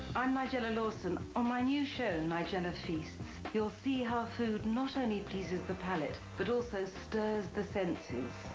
i'm nigella lawson on my new show nigella feasts you'll see how food not only pleases the palate, but also stirs the senses.